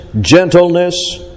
gentleness